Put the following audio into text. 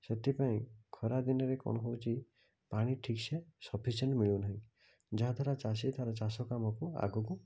ସେଥିପାଇଁ ଖରା ଦିନରେ କ'ଣ ହେଉଛି ପାଣି ଠିକ୍ ସେ ସଫିସିଏଣ୍ଟ ମିଳୁନାହିଁ ଯାହାଦ୍ୱାରା ଚାଷୀ ତାର ଚାଷ କାମକୁ ଆଗକୁ